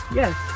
yes